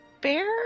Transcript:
bear